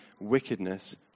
wickedness